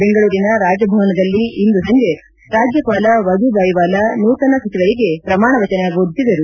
ಬೆಂಗಳೂರಿನ ರಾಜಭವನದಲ್ಲಿ ಇಂದು ಸಂಜೆ ರಾಜ್ಲಪಾಲ ವಜೂಬಾಯಿವಾಲಾ ನೂತನ ಸಚಿವರಿಗೆ ಪ್ರಮಾಣ ವಚನ ಬೋಧಿಸಿದರು